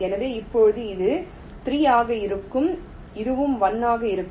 எனவே இப்போது இது 3 ஆக இருக்கும் இதுவும் 1 ஆக இருக்கும்